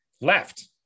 left